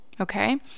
Okay